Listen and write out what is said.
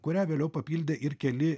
kurią vėliau papildė ir keli